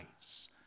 lives